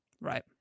Right